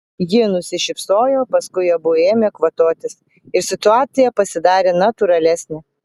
ji nusišypsojo paskui abu ėmė kvatotis ir situacija pasidarė natūralesnė